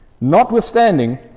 Notwithstanding